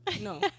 No